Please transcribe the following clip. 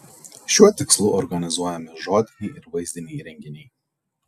šiuo tikslu organizuojami žodiniai ir vaizdiniai renginiai